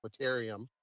Quaterium